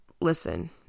Listen